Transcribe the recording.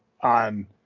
on